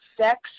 sex